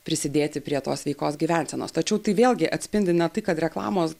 prisidėti prie tos sveikos gyvensenos tačiau tai vėlgi atspindi ne tai kad reklamos